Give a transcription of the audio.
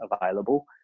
available